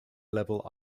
level